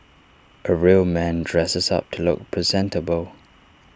A real man dresses up to look presentable